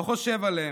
לא חושב עליהם,